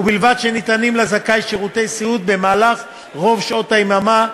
ובלבד שניתנים לזכאי שירותי סיעוד במהלך רוב שעות היממה,